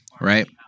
Right